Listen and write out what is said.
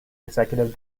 executive